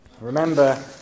Remember